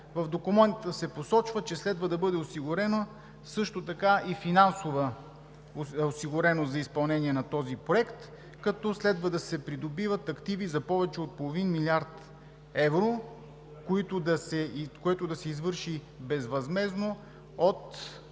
В документа се посочва, че следва да бъде и финансово осигурено изпълнението на този проект, като следва да се придобиват активи за повече от половин милиард евро, което да се извърши безвъзмездно от